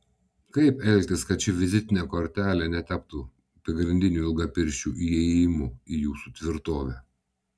kaip elgtis kad ši vizitinė kortelė netaptų pagrindiniu ilgapirščių įėjimu į jūsų tvirtovę